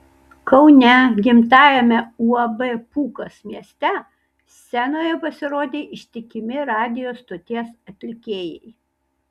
kaune gimtajame uab pūkas mieste scenoje pasirodė ištikimi radijo stoties atlikėjai